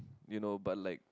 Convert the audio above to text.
you know but like